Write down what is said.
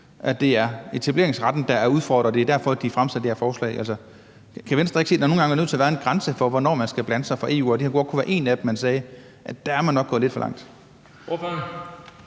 at det er etableringsretten, der er udfordret, og det er derfor, de fremsætter det her forslag. Kan Venstre ikke se, at der nogle gange er nødt til at være en grænse for, hvornår man skal blande sig fra EU's side, og at det her godt kunne være en grænse, hvor man sagde, at man nok er gået lidt for langt?